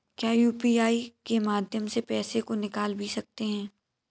क्या यू.पी.आई के माध्यम से पैसे को निकाल भी सकते हैं?